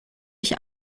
ich